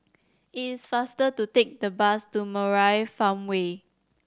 is faster to take the bus to Murai Farmway